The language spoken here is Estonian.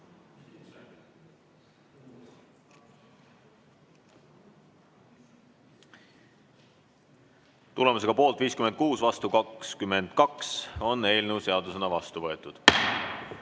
Tulemusega poolt 56, vastu 22 on eelnõu seadusena vastu võetud.